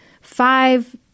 five